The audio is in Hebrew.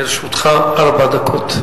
לרשותך ארבע דקות.